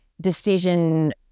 decision